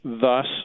Thus